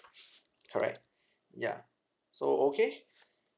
correct ya so okay